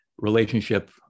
relationship